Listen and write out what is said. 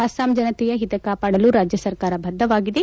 ಅಸ್ಸಾಂ ಜನತೆಯ ಹಿತ ಕಾಪಾಡಲು ರಾಜ್ಯ ಸರ್ಕಾರ ಬದ್ಧವಾಗಿದೆ